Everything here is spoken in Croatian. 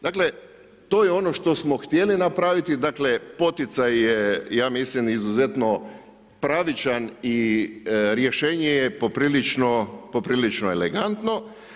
Dakle to je ono što smo htjeli napraviti, dakle poticaj je ja mislim izuzetno pravičan i rješenje je poprilično elegantno.